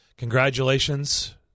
Congratulations